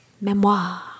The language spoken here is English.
Memoir